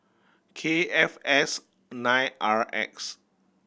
K F S nine R X